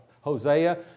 Hosea